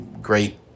great